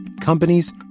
companies